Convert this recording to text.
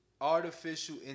artificial